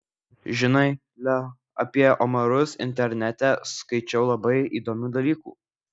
žinai leo apie omarus internete skaičiau labai įdomių dalykų